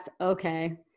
okay